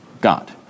God